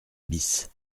bis